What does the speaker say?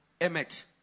Emmet